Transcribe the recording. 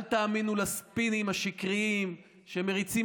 אל תאמינו לספינים השקריים שמריצים